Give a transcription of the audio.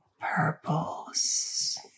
purples